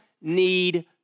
need